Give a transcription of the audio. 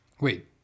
Wait